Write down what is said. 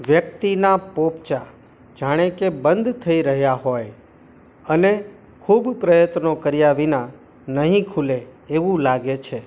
વ્યક્તિના પોપચાં જાણે કે બંધ થઈ રહ્યાં હોય અને ખૂબ પ્રયત્નો કર્યા વિના નહીં ખૂલે એવું લાગે છે